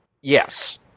Yes